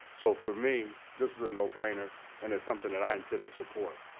so for me, this is a no-brainer and it's something that i intend to support.